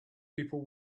people